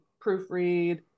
proofread